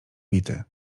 bity